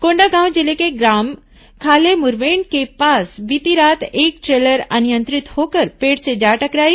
कोंडागांव जिले के ग्राम खालेमुरवेंड के पास बीती रात एक ट्रेलर अनियंत्रित होकर पेड़ से जा टकराई